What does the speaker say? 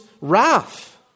wrath